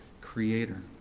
creator